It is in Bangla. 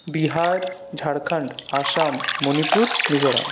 বিহার ঝাড়খণ্ড আসাম মণিপুর মিজোরাম